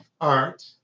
art